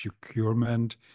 procurement